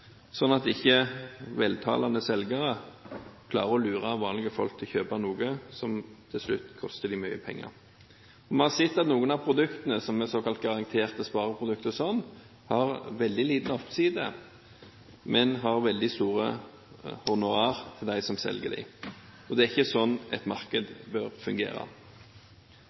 at ikke veltalende selgere klarer å lure vanlige folk til å kjøpe noe som til slutt koster dem mye penger. Man har sett noen av produktene som er såkalt garanterte spareprodukter, har veldig liten oppside, men det er veldig store honorar til dem som selger dem. Det er ikke sånn et marked bør fungere.